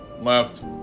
left